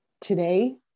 today